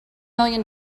million